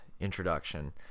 introduction